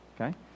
Okay